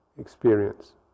experience